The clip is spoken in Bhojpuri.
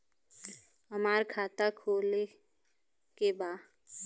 हमार खाता खोले के बा?